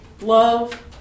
love